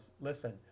listen